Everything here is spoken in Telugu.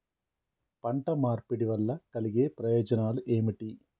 పంట మార్పిడి వల్ల కలిగే ప్రయోజనాలు ఏమిటి?